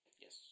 Yes